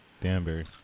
Danbury